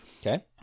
Okay